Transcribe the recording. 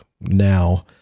now